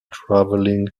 traveling